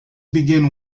begin